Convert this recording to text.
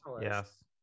yes